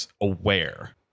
aware